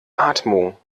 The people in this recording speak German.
atmung